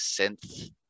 synth